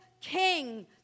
king